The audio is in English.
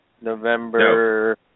November